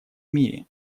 мире